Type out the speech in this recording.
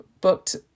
booked